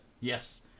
Yes